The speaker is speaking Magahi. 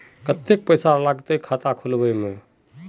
केते पैसा लगते खाता खुलबे में?